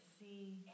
see